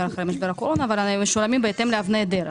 הקורונה אבל הם משולמים בהתאם לאבני דרך,